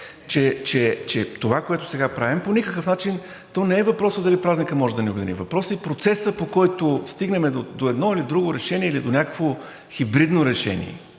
че това, което сега правим, по никакъв начин… То не е въпросът дали празникът може да ни обедини. Въпросът е процесът, по който да стигнем до едно или друго решение, или до някакво хибридно решение.